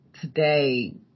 today